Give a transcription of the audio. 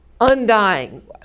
Undying